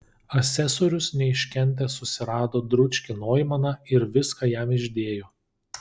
asesorius neiškentęs susirado dručkį noimaną ir viską jam išdėjo